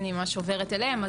אם היא ממש עוברת אליהם,